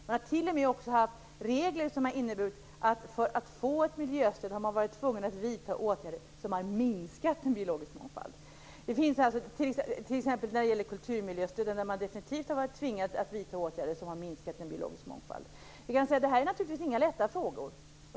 Det har t.o.m. funnits regler som har inneburit att man för att få miljöstöd har varit tvungen att vidta åtgärder som har minskat den biologiska mångfalden. Ett exempel är kulturmiljöstödet, där man definitivt har tvingats vidta åtgärder som minskat den biologiska mångfalden. Det här är naturligtvis inga lätta frågor.